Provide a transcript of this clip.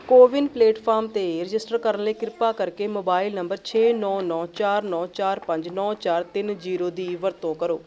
CoWIN platform 'ਤੇ register ਕਰਨ ਲਈ ਕਿਰਪਾ ਕਰਕੇ ਮੋਬਾਇਲ ਨੰਬਰ ਛੇ ਨੌ ਨੌ ਚਾਰ ਨੌ ਚਾਰ ਪੰਜ ਨੌ ਚਾਰ ਤਿੰਨ ਜ਼ੀਰੋ ਦੀ ਵਰਤੋਂ ਕਰੋ